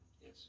Yes